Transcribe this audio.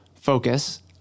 focus